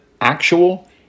actual